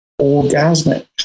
orgasmic